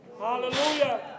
Hallelujah